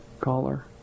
caller